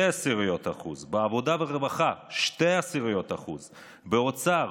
0.2%; בעבודה ורווחה 0.2%; באוצר,